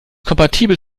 kompatibel